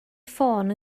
ffôn